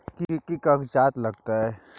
कि कि कागजात लागतै?